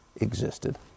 existed